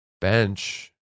bench